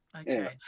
okay